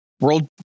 world